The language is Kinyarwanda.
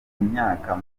imyaka